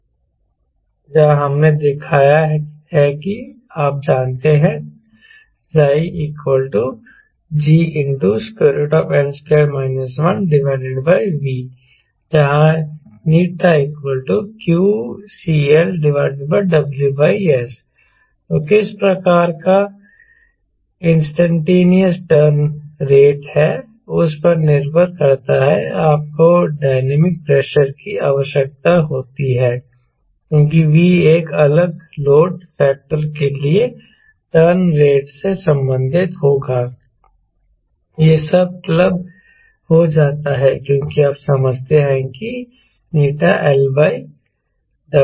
जहां हमने दिखाया है आप जानते हैं कि Ψ g n2 1V जहां η q CLW S तो किस प्रकार का इंस्टैन्टेनियस टर्न रेट है उस पर निर्भर करता है आपको डायनामिक प्रेशर की आवश्यकता होती है क्योंकि V एक अलग लोड फैक्टर के लिए टर्न रेट से संबंधित होगा यह सब क्लब हो जाता है क्योंकि आप समझते हैं कि n L W है